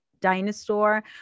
dinosaur